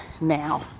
now